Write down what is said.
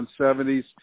170s